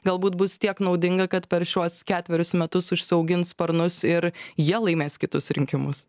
galbūt bus tiek naudinga kad per šiuos ketverius metus užsiaugins sparnus ir jie laimės kitus rinkimus